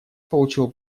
получил